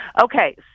Okay